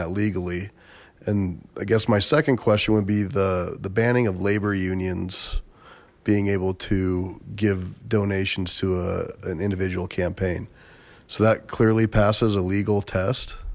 that legally and i guess my second question would be the the banning of labor unions being able to give donations to an individual campaign so that clearly passes a legal